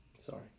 sorry